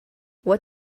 what